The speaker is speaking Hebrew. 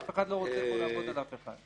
אף אחד לא רוצה פה לעבוד על אף אחד.